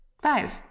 five